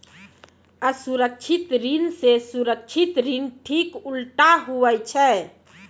असुरक्षित ऋण से सुरक्षित ऋण ठीक उल्टा हुवै छै